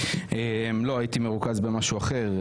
הייתי מרוכז במשהו אחר.